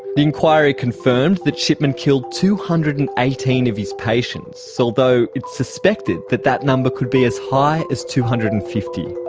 the inquiry confirmed that shipman killed two hundred and eighteen of his patients, although it's suspected that that number could be as high as two hundred and fifty.